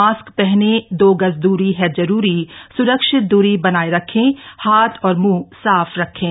mask पहने दो गज दूरी है जरूरी सुरक्षित दूरी बनाए रखें हाथ और मुंह साफ रखें